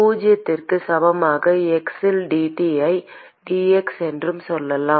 பூஜ்ஜியத்திற்கு சமமான x இல் dT ஐ dx என்று சொல்லலாம்